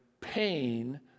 pain